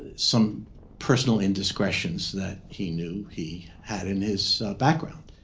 ah some personal indiscretions that he knew he had in his background.